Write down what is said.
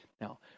Now